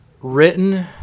written